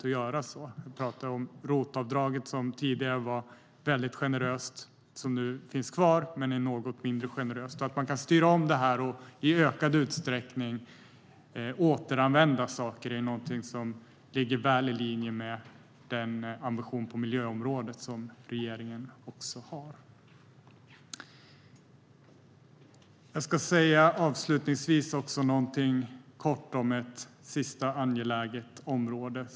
Jag talar om ROT-avdraget som tidigare var mycket generöst. Det finns kvar, men det är något mindre generöst. Man kan styra om detta. Att i ökad utsträckning återanvända saker är någonting som ligger väl i linje med den ambition på miljöområdet som regeringen har. Avslutningsvis ska jag kortfattat säga någonting om ett angeläget område.